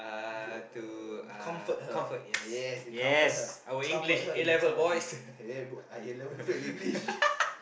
uh comfort her yes he comfort her comfort her in the eh I A-level fail English